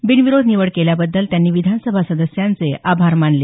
बिनविरोध निवड केल्याबद्दल त्यांनी विधानसभा सदस्यांचं आभार मानलं